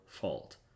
fault